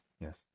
yes